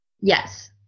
Yes